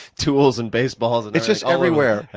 tools and baseballs. it's just everywhere.